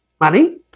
money